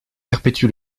perpétue